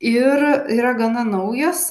ir yra gana naujas